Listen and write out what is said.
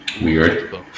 weird